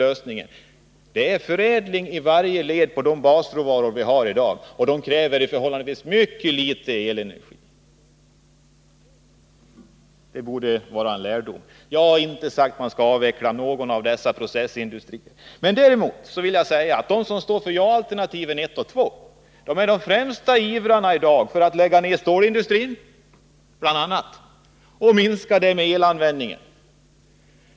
Vi behöver förädling i varje led av de basråvaror som vi i dag har, och det kräver förhållandevis litet elenergi. Det borde vara en lärdom. Jag har inte sagt att någon av dessa processindustrier skall avvecklas. Däremot menar jag att de som står för ja-alternativen 1 och 2 är de främsta ivrarna i dag för en nedläggning av bl.a. stålindustrin och därmed för en minskning av elanvändningen.